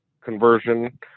conversion